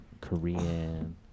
Korean